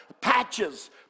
Patches